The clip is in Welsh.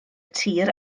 tir